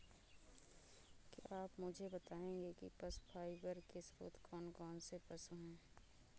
क्या आप मुझे बताएंगे कि पशु फाइबर के स्रोत कौन कौन से पशु हैं?